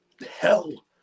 hell